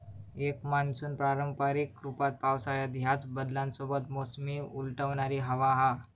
एक मान्सून पारंपारिक रूपात पावसाळ्यात ह्याच बदलांसोबत मोसमी उलटवणारी हवा हा